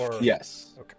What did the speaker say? Yes